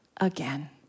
again